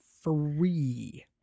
free